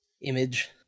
image